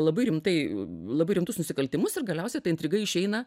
labai rimtai labai rimtus nusikaltimus ir galiausiai ta intriga išeina